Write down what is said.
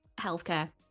healthcare